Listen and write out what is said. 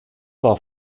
war